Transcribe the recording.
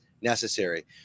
necessary